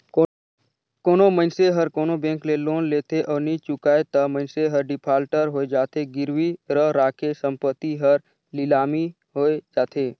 कोनो मइनसे हर कोनो बेंक ले लोन लेथे अउ नी चुकाय ता मइनसे हर डिफाल्टर होए जाथे, गिरवी रराखे संपत्ति हर लिलामी होए जाथे